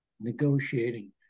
negotiating